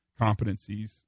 competencies